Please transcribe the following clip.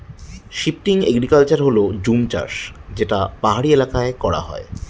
shifting agriculture হল জুম চাষ যেটা পাহাড়ি এলাকায় করা হয়